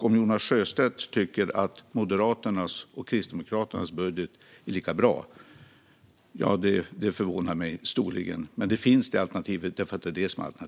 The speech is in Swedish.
Om Jonas Sjöstedt tycker att Moderaternas och Kristdemokraternas budget är lika bra förvånar det mig storligen. Men det är ju det alternativ som finns.